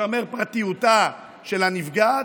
תישמר פרטיותה של הנפגעת,